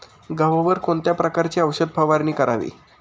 गव्हावर कोणत्या प्रकारची औषध फवारणी करावी?